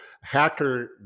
hacker